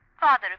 Father